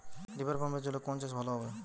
রিভারপাম্পের জলে কোন চাষ ভালো হবে?